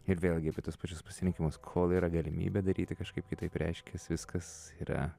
ir vėlgi apie tuos pačius pasirinkimus kol yra galimybė daryti kažkaip kitaip reiškias viskas yra